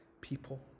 people